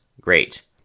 Great